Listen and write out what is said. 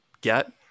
get